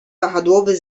wahadłowy